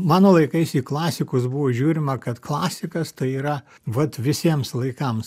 mano laikais į klasikus buvo žiūrima kad klasikas tai yra vat visiems laikams